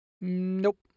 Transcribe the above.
nope